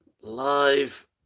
Live